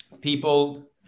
people